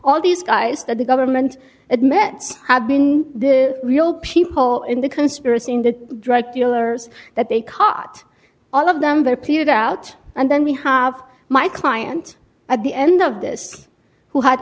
all these guys that the government had met have been the real people in the conspiracy in the drug dealers that they caught all of them there peer out and then we have my client at the end of this who had